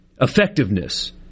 effectiveness